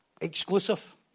exclusive